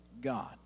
God